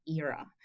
era